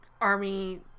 army